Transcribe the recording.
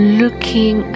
looking